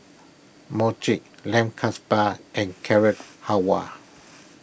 Mochi Lamb and Carrot Halwa